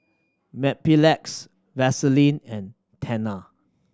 Mepilex Vaselin and Tena